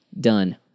Done